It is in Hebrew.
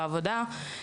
בכל פעם.